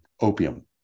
opium